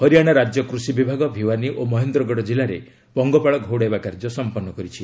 ହରିଆଣା ରାଜ୍ୟ କୃଷି ବିଭାଗ ଭିୱାନୀ ଓ ମହେନ୍ଦ୍ରଗଡ଼ ଜିଲ୍ଲାରେ ପଙ୍ଗପାଳ ଘଉଡ଼ାଇବା କାର୍ଯ୍ୟ ସମ୍ପନ୍ନ କରିଛି